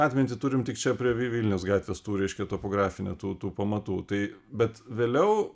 atmintį turim tik čia prie vi vilniaus gatvės tų reiškia topografinių tų tų pamatų tai bet vėliau